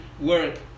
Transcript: work